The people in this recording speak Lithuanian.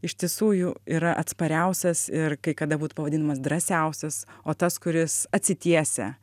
iš tiesų jų yra atspariausias ir kai kada būt pavadinimas drąsiausias o tas kuris atsitiesia